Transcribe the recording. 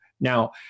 Now